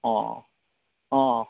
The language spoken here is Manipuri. ꯑꯣꯑꯣ ꯑꯥ